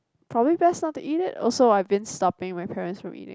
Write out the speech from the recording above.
probably best not to eat it also I've been stopping my parents from eating it